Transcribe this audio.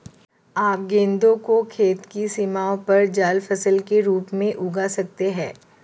आप गेंदा को खेत की सीमाओं पर जाल फसल के रूप में उगा सकते हैं